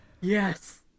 yes